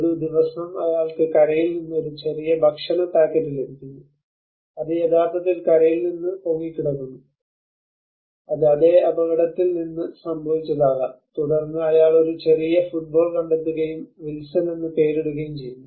ഒരു ദിവസം അയാൾക്ക് കരയിൽ നിന്ന് ഒരു ചെറിയ ഭക്ഷണ പാക്കറ്റ് ലഭിക്കുന്നു അത് യഥാർത്ഥത്തിൽ കരയിൽ നിന്ന് പൊങ്ങിക്കിടക്കുന്നു അത് അതേ അപകടത്തിൽ നിന്ന് സംഭവിച്ചതാകാം തുടർന്ന് അയാൾ ഒരു ചെറിയ ഫുട്ബോൾ കണ്ടെത്തുകയും വിൽസൺ എന്ന് പേരിടുകയും ചെയ്യുന്നു